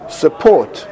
support